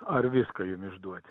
ar viską jum išduoti